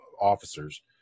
officers